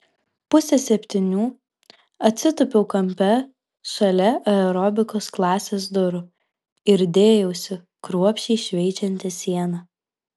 pusę septynių atsitūpiau kampe šalia aerobikos klasės durų ir dėjausi kruopščiai šveičianti sieną